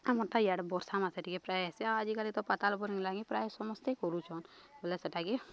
ଆମର୍ ତ ଇଆଡ଼େ ବର୍ଷା ମାସ ଟିକେ ପ୍ରାୟ ଆସେ ଆଉ ଆଜିକାଲି ତ ପତାଲ ବ ନଲା ପ୍ରାୟ ସମସ୍ତେ କରୁଛନ୍ ବୋଇଲେ ସେଟା କିି